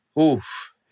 Oof